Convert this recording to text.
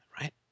Right